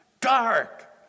dark